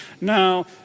Now